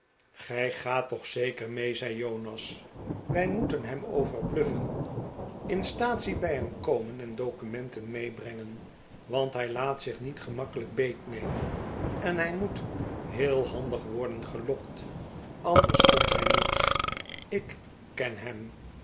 gij gaat toch zeker mee zei jonas wij moeten hem overbluffen in staatsie bij hem komen en documenten meebrengen want hij laat zich niet gemakkelijk beetnemen en hij moet heel hahdig worden gelokt anders komt hij niet ik ken hem